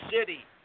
City